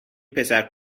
پسر